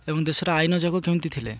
ଏବଂ ଦେଶର ଆଇନ ଯାକ କେମିତି ଥିଲେ